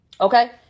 Okay